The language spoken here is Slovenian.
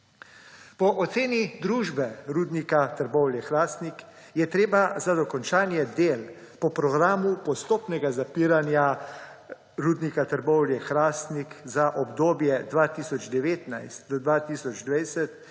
Po oceni družbe Rudnik Trbovlje-Hrastnik je treba za dokončanje del po programu postopnega zapiranja Rudnika Trbovlje-Hrastnik za obdobje 2019–2020